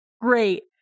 great